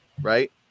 right